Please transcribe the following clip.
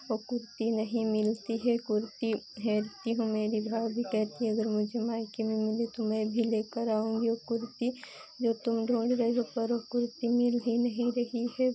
वो कुर्ती नहीं मिलती है कुर्ती हेरती हूँ मैं भी करती हूँ अगर मायके में मिले तो मुझे मैं अभी लेकर आऊँगी वह कुर्ती जो तुम ढूँढ रहे वह करो कुर्ती मिल ही नहीं रही है